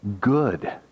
good